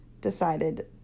decided